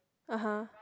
(uh huh)